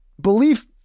belief